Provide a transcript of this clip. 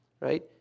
right